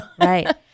right